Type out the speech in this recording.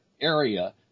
area